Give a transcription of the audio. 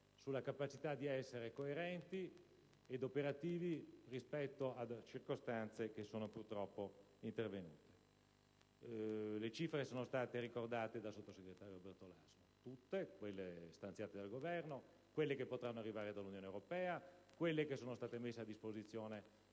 sulla capacità di essere coerenti ed operativi rispetto alle circostanze purtroppo intervenute. Le cifre sono state ricordate dal sottosegretario Bertolaso, tutte: le risorse stanziate dal Governo, quelle che potranno arrivare dall'Unione europea, quelle messe a disposizione